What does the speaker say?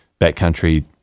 backcountry